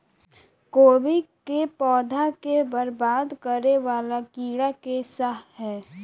कोबी केँ पौधा केँ बरबाद करे वला कीड़ा केँ सा है?